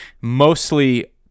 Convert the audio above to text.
mostly